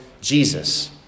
Jesus